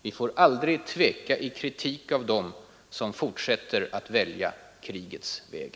Vi får aldrig tveka i kritik av dem som fortsätter att välja krigets väg.